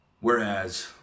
Whereas